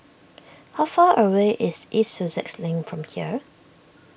how far away is East Sussex Lane from here